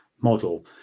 model